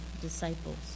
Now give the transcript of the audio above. disciples